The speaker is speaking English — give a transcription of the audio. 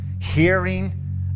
hearing